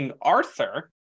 Arthur